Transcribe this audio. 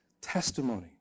testimony